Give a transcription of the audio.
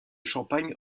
champagne